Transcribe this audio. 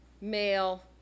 male